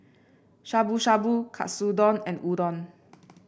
Shabu Shabu Katsudon and Udon